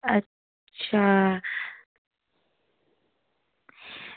अच्छा